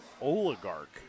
Oligarch